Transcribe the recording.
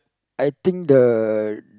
I think the